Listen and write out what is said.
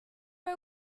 are